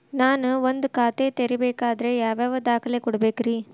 ನಾನ ಒಂದ್ ಖಾತೆ ತೆರಿಬೇಕಾದ್ರೆ ಯಾವ್ಯಾವ ದಾಖಲೆ ಕೊಡ್ಬೇಕ್ರಿ?